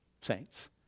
saints